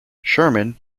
sherman